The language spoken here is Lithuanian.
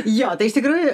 jo tai iš tikrųjų